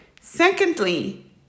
Secondly